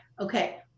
okay